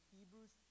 Hebrews